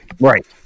Right